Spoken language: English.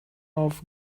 off